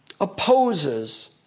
opposes